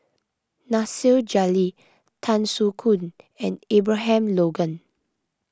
Nasir Jalil Tan Soo Khoon and Abraham Logan